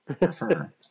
prefer